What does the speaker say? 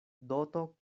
doto